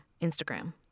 Instagram